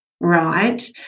right